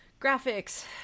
Graphics